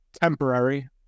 temporary